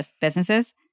businesses